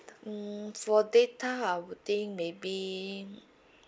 mm for data I would think maybe